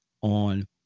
on